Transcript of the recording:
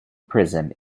prison